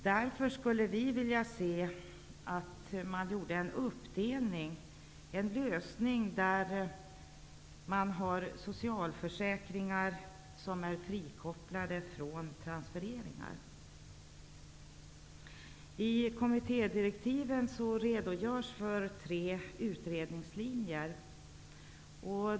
Vi skulle därför vilja se att man gjorde en uppdelning -- en lösning där socialförsäkringarna är frikopplade från transfereringarna. I kommittédirektiven redogörs för tre utredningslinjer.